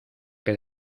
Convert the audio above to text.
que